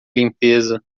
limpeza